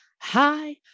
Hi